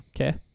Okay